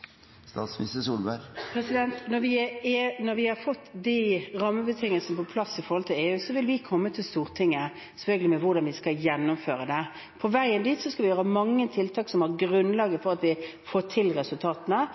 Når vi har fått rammebetingelsene på plass i forhold til EU, vil vi komme til Stortinget, selvfølgelig, med hvordan vi skal gjennomføre det. På veien dit skal vi gjøre mange tiltak som er grunnlaget for at vi får til resultatene,